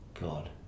god